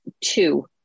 two